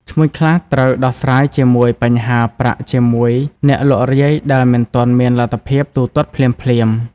ឈ្មួញខ្លះត្រូវដោះស្រាយជាមួយ បញ្ហាប្រាក់ជាមួយអ្នកលក់រាយដែលមិនទាន់មានលទ្ធភាពទូទាត់ភ្លាមៗ។